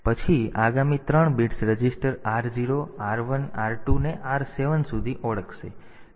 અને પછી આગામી ત્રણ bits register r0 r1 r2 ને r7 સુધી ઓળખશે